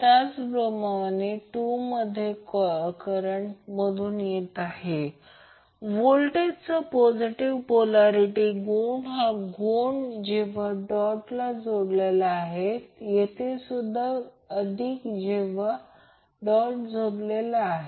त्याचप्रमाणे कॉइल 2 मध्ये current dot मधून येतो आणि व्होल्टेजची पॉजिटिव पोल्यारीटी विरोधी गुण जेव्हा डॉट जोडलेला आहे येथे सुद्धा अधिक जेव्हा डॉट जोडलेला आहे